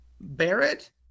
Barrett